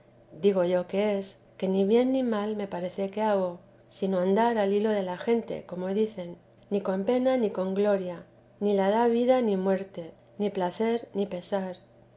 digo yo que es que ni bien ni mal me parece que hago sino andar al hilo de la gente como dicen ni con pena ni gloria ni la da vida ni muerte ni placer ni pesar